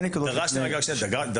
מאוד הופתע.